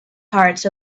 hearts